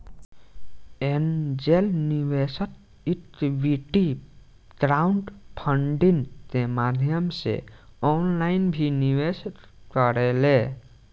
angel निवेशक equity crowdfunding के माध्यम से ऑनलाइन भी निवेश करेले